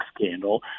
scandal